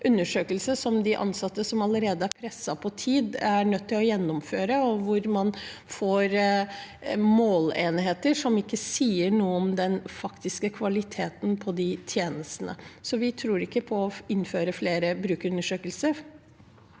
undersøkelse som de ansatte, som allerede er presset på tid, er nødt til å gjennomføre, og hvor man får målenheter som ikke sier noe om den faktiske kvaliteten på tjenestene. Så vi tror ikke på å innføre flere brukerundersøkelser.